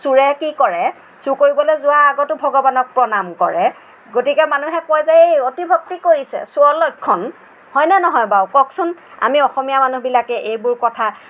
চুৰে কি কৰে চুৰ কৰিবলৈ যোৱা আগতো ভগৱানক প্ৰণাম কৰে গতিকে মানুহে কয় যে ই অতি ভক্তি কৰিছে চুৰৰ লক্ষণ হয়নে নহয় বাৰু কওকচোন আমি অসমীয়া মানুহবিলাকে এইবোৰ কথা